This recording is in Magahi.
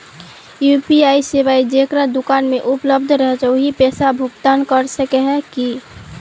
यु.पी.आई सेवाएं जेकरा दुकान में उपलब्ध रहते वही पैसा भुगतान कर सके है की?